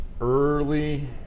early